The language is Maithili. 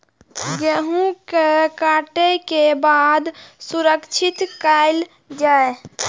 गेहूँ के काटे के बाद सुरक्षित कायल जाय?